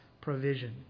provision